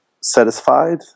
satisfied